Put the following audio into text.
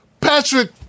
Patrick